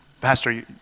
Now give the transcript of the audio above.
Pastor